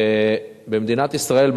במדינת ישראל,